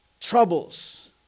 troubles